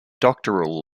doctoral